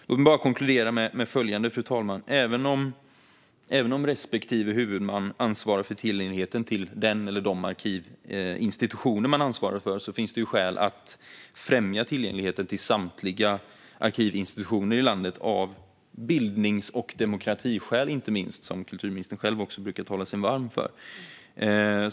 Jag vill konkludera med följande: Även om respektive huvudman ansvarar för tillgängligheten till arkivinstitutionerna finns det inte minst bildnings och demokratiskäl, som kulturministern själv brukar tala sig varm för, att främja tillgängligheten till samtliga arkivinstitutioner i landet.